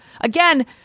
Again